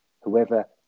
whoever